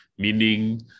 Meaning